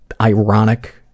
ironic